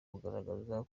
bigaragaza